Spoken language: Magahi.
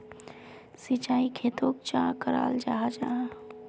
सिंचाई खेतोक चाँ कराल जाहा जाहा?